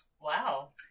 Wow